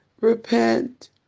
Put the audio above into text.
repent